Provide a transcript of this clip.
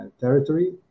territory